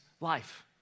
life